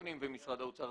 משרד הפנים ומשרד האוצר.